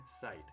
site